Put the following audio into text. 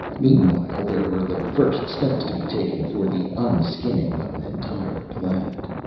meanwhile, there were the first steps to be taken for the unskinning of an entire planet.